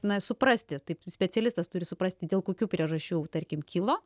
na suprasti tai specialistas turi suprasti dėl kokių priežasčių tarkim kilo